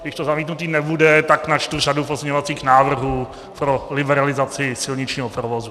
Když to zamítnutí nebude, tak načtu řadu pozměňovacích návrhů pro liberalizaci silničního provozu.